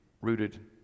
rooted